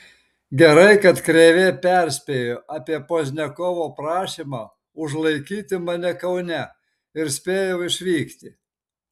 gerai kad krėvė perspėjo apie pozniakovo prašymą užlaikyti mane kaune ir spėjau išvykti